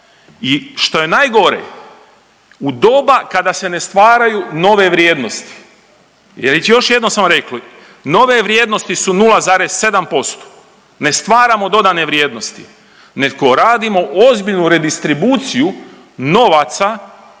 i što je najgore u doba kada se ne stvaraju nove vrijednosti…/Govornik se ne razumije/…smo rekli, nove vrijednosti su 0,7%, ne stvaramo dodane vrijednosti nego radimo ozbiljnu redistribuciju novaca